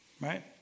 Right